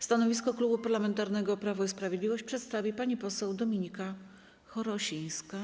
Stanowisko Klubu Parlamentarnego Prawo i Sprawiedliwość przedstawi pani poseł Dominika Chorosińska.